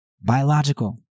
biological